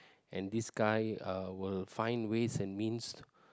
and this guy uh will find ways and means